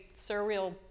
surreal